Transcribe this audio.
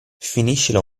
finiscila